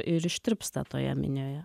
ir ištirpsta toje minioje